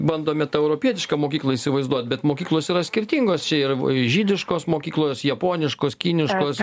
bandome tą europietišką mokyklą įsivaizduot bet mokyklos yra skirtingos čia yra žydiškos mokyklos japoniškos kiniškos